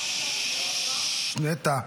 נטע,